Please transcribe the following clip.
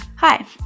Hi